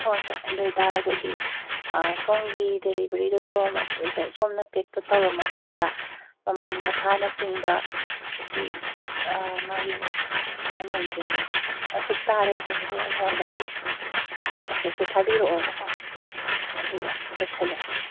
ꯍꯣꯏ ꯍꯣꯏ ꯑꯗꯣꯏ ꯇꯥꯔꯒꯗꯤ ꯁꯣꯝꯒꯤ ꯗꯤꯂꯤꯕꯔꯤꯗꯣ ꯁꯣꯝꯅ ꯄꯦꯛꯇꯣ ꯇꯧꯔꯕ ꯃꯇꯨꯡꯗ ꯃꯃꯜ ꯃꯊꯥꯅꯆꯤꯡꯕ ꯑꯁꯤ ꯃꯥꯒꯤ ꯃꯃꯜꯁꯤꯡꯗꯣ ꯑꯁꯨꯛ ꯇꯥꯔꯦ ꯍꯥꯏꯕꯗꯣ ꯑꯩꯉꯣꯟꯗꯁꯨ ꯃꯦꯁꯦꯁꯇꯣ ꯊꯥꯕꯤꯔꯛꯑꯣꯕꯀꯣ ꯑꯗꯨꯒ ꯂꯣꯏꯁꯜꯂꯁꯤ